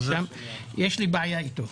יש לי בעיה איתו,